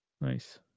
nice